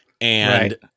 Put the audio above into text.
and-